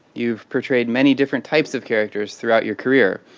you've portrayed many different types of characters throughout your career.